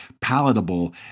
palatable